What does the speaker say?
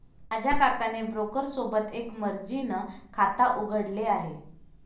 माझ्या काकाने ब्रोकर सोबत एक मर्जीन खाता उघडले आहे